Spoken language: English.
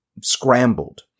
scrambled